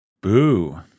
Boo